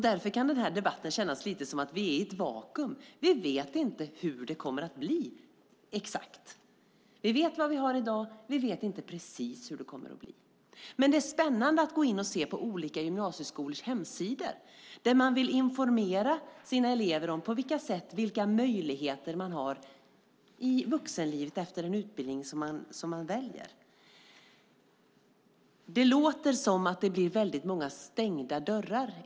Därför kan den här debatten lite grann kännas som att vi befinner oss i ett vakuum. Vi vet inte exakt hur det kommer att bli. Vi vet vad vi har i dag, men vi vet inte precis hur det kommer att bli. Det är dock spännande att gå in på olika gymnasieskolors hemsidor och se hur de vill informera sina elever om vilka möjligheter de har i vuxenlivet, efter den utbildning som de väljer. Det låter i dagens debatt som om det fanns många stängda dörrar.